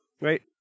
Right